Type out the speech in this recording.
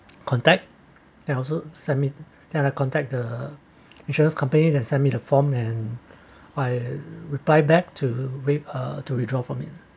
contact and also submit their contact the insurance companies and submit the form and I reply back to req~ uh to withdraw from it